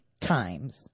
times